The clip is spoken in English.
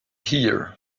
here